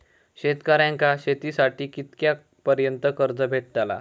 शेतकऱ्यांका शेतीसाठी कितक्या पर्यंत कर्ज भेटताला?